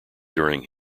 during